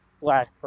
black